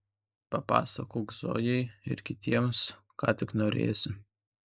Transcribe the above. papasakok zojai ir kitiems ką tik norėsi